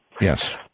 yes